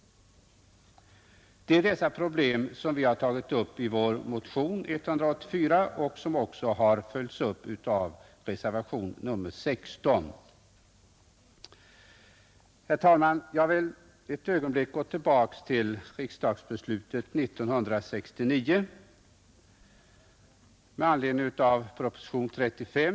I motionen 184 har vi tagit upp detta problem och även följt upp motionen i reservationen 16. Jag vill här ett ögonblick gå tillbaka till det riksdagsbeslut som 1969 fattades med anledning av propositionen 35.